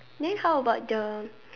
then how about the